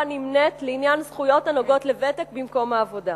נמנית לעניין זכויות הנוגעות לוותק במקום העבודה.